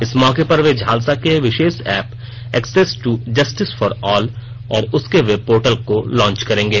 इस मौके पर वे झालसा के विशेष app access to justice for all और उसके वेब पोर्टल को लांच करेंगे